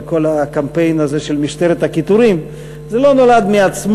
על כל הקמפיין הזה של "משטרת הקיטורים"; זה לא נולד מעצמו.